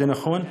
זה נכון.